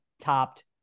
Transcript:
topped